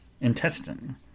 intestine